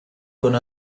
con